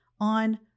on